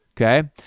okay